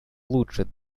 улучшит